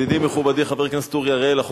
ידידי ומכובדי חבר הכנסת אורי אריאל,